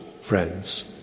friends